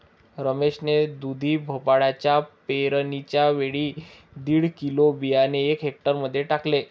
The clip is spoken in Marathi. रमेश ने दुधी भोपळ्याच्या पेरणीच्या वेळी दीड किलो बियाणे एका हेक्टर मध्ये टाकले